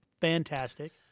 fantastic